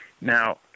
Now